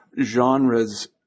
genres